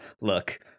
look